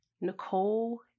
Nicole